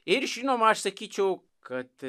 ir žinoma aš sakyčiau kad